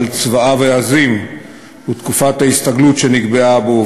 על צבעיו העזים ותקופת ההסתגלות שנקבעה בו,